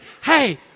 Hey